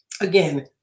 again